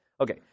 okay